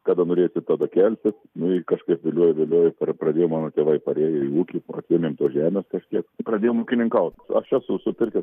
kada norėsi tada kelsies nu i kažkaip viliojo viliojo ir pra pradėjo mano tėvai parėjo į ūkį atsiėmėm tos žemės kažkiek pradėjom ūkininkaut aš esu supirkęs